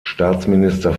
staatsminister